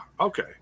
Okay